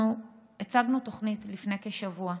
אנחנו הצבנו תוכנית לפני כשבוע,